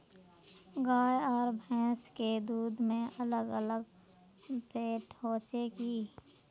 गाय आर भैंस के दूध में अलग अलग फेट होचे की?